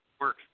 work